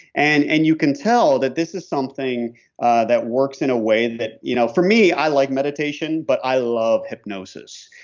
and and you can tell that this is something that works in a way that you know for me, i like meditation. but i love hypnosis.